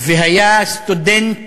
והיה סטודנט